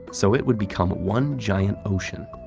so it would become one giant ocean,